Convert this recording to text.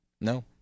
No